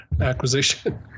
acquisition